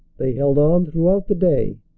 they held on throughout the day.